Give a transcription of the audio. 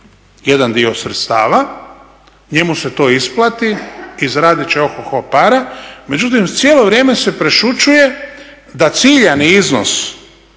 jedan dio sredstava njemu se to isplati i zaradit će ohoho para. Međutim, cijelo vrijeme se prešućuje da ciljani iznos